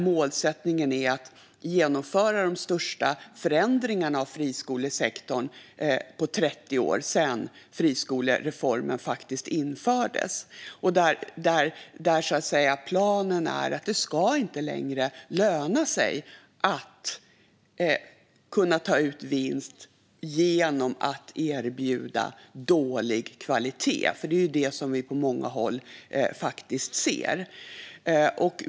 Målsättningen är att genomföra de största förändringarna av friskolesektorn på 30 år, faktiskt sedan friskolereformen infördes. Planen är att det inte längre ska löna sig att erbjuda dålig kvalitet - det är ju det som vi på många håll faktiskt ser.